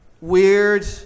weird